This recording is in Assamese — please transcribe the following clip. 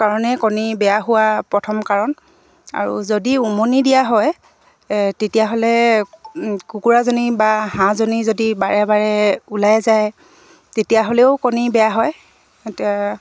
কাৰণে কণী বেয়া হোৱা প্ৰথম কাৰণ আৰু যদি উমনি দিয়া হয় তেতিয়াহ'লে কুকুৰাজনী বা হাঁহাজনী যদি বাৰে বাৰে ওলাই যায় তেতিয়াহ'লেও কণী বেয়া হয় এতিয়া